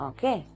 Okay